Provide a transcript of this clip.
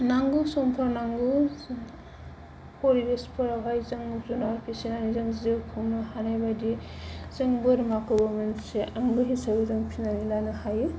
नांगौ समफोराव नांगौ फरिबेसफोरावहाय जों जुनार फिसिनानै जों जिउ खुंनो हानाय बायदि जों बोरमाखौबो मोनसे आंगो हिसाबै जों फिसिनानै लानो हायो